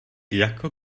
jako